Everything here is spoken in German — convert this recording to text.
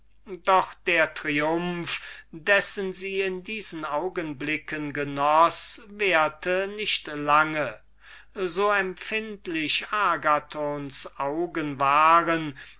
doch der triumph dessen sie in diesen augenblicken genoß währte nicht lange so empfindlich die augen agathons waren